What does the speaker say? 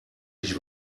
nicht